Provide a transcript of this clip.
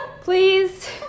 please